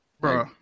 bro